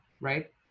right